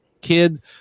kid